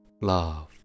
love